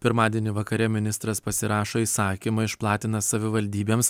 pirmadienį vakare ministras pasirašo įsakymą išplatina savivaldybėms